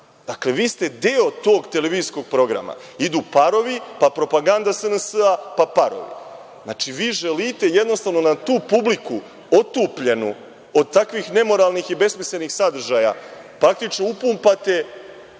vi ste deo tog televizijskog programa. Idu „Parovi“, pa propaganda SNS, pa „Parovi“. Znači, vi želite jednostavno da u tu publiku, otupljenu od takvih nemoralnih i besmislenih sadržaja, praktično upumpate